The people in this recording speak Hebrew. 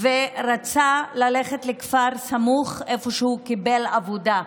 ורצה ללכת לכפר סמוך, איפה שהוא קיבל עבודה.